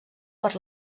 per